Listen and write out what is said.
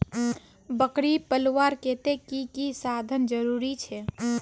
बकरी पलवार केते की की साधन जरूरी छे?